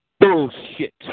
Bullshit